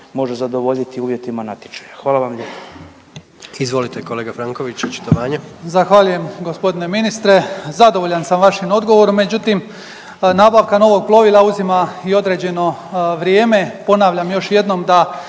može zadovoljiti uvjetima natječaja. Hvala vam lijepa.